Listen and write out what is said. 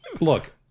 Look